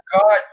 God